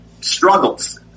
struggles